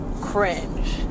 cringe